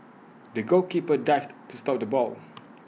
the goalkeeper dived to stop the ball